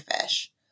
fish